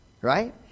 right